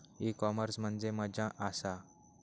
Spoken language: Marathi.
ई कॉमर्स म्हणजे मझ्या आसा?